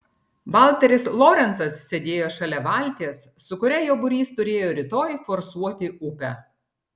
valteris lorencas sėdėjo šalia valties su kuria jo būrys turėjo rytoj forsuoti upę